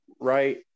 right